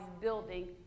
building